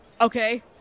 Okay